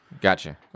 Gotcha